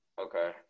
Okay